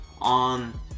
on